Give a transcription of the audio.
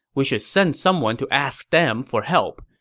we should send someone to ask them for help.